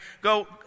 go